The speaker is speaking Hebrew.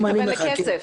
כלים, אתה מתכוון לכסף.